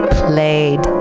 played